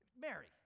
Mary